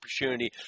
opportunity